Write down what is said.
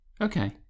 Okay